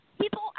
people